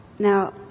Now